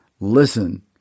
listen